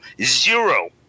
zero